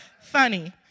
Funny